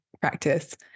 practice